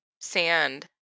sand